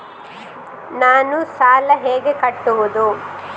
ನಾನು ಸಾಲ ಹೇಗೆ ಕಟ್ಟುವುದು?